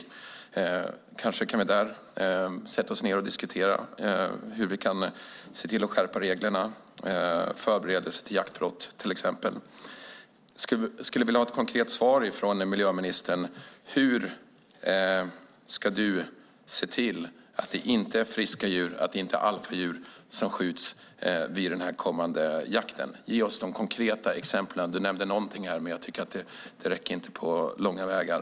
Vi kanske kan sätta oss ned och diskutera hur vi kan skärpa reglerna, till exempel när det gäller förberedelse till jaktbrott. Jag skulle vilja ha ett konkret svar från miljöministern på frågan hur han ska se till att det inte är friska djur eller alfadjur som skjuts vid den kommande jakten. Ge oss de konkreta exemplen! Du nämnde någonting här, men jag tycker inte att det räcker på långa vägar.